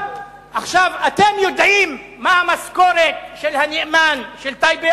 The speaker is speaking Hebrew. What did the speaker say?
אתם יודעים מה המשכורת של הנאמן של טייבה?